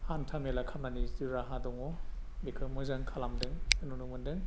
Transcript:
हान्थामेला खामानि जि राहा दङ बेखौ मोजां खालामदों नुनो मोनदों